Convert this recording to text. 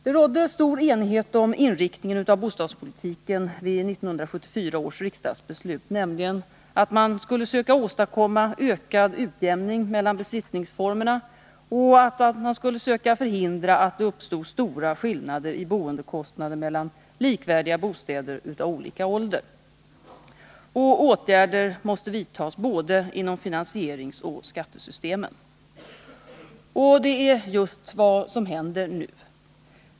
Det rådde stor enighet om inriktningen av bostadspolitiken vid 1974 års riksdagsbeslut, nämligen att man skulle söka åstadkomma ökad utjämning mellan besittningsformerna och att man skulle försöka förhindra att det uppstod stora skillnader i boendekostnader mellan likvärdiga bostäder av olika ålder. Åtgärder måste vidtas inom både finansieringsoch skattesystemen. Det är just vad som händer nu.